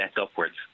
upwards